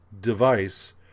device